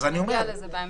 נגיע לזה בהמשך.